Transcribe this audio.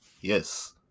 yes